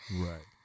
Right